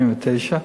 49,